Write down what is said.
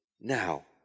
now